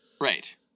Right